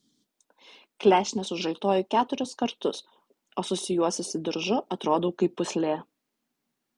klešnes užraitoju keturis kartus o susijuosusi diržu atrodau kaip pūslė